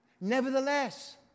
Nevertheless